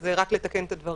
אז רק לתקן את הדברים.